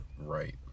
right